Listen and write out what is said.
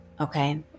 Okay